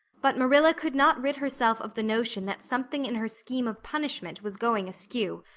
but marilla could not rid herself of the notion that something in her scheme of punishment was going askew.